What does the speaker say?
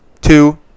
two